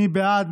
מי בעד?